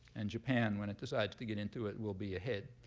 and japan, when it decides to get into it, will be ahead.